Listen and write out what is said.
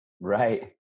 Right